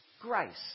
grace